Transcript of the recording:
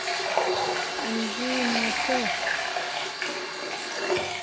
हांजी नमस्ते